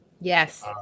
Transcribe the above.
yes